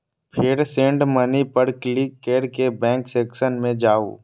फेर send money पर click कैर के बैंक सेक्शन मे जाउ